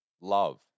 Love